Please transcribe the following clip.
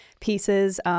pieces